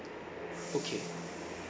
okay